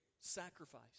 sacrifice